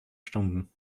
stunden